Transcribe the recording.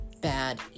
bad